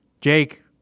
Jake